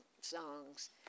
songs